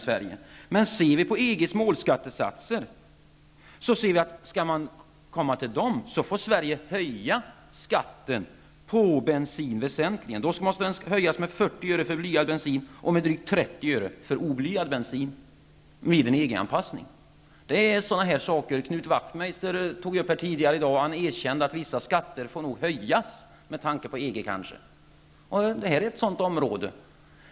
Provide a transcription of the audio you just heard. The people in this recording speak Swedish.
För att uppnå EG:s mål beträffande skattesatserna måste skatten på bensin vid en EG-anpassning väsentligt höjas här i Sverige -- det handlar om en höjning med 40 öre för blyad bensin och med drygt 30 öre för oblyad. Knut Wachtmeister var tidigare i dag inne på detta. Han medgav att vissa skatter nog måste höjas med tanke på EG. Här är det fråga om ett sådant område.